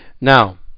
Now